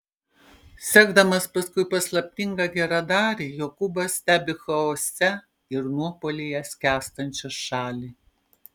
sekdamas paskui paslaptingą geradarį jokūbas stebi chaose ir nuopuolyje skęstančią šalį